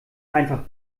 einfach